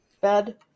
bed